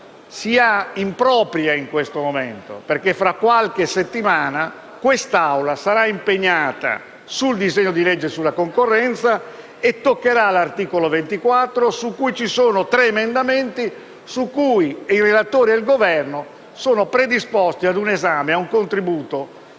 sia impropria in questo momento, perché fra qualche settimana quest'Assemblea sarà impegnata sul disegno di legge sulla concorrenza e affronterà l'articolo 24 su cui vi sono tre emendamenti su cui i relatori e il Governo, con una proposizione positiva,